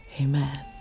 Amen